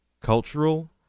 cultural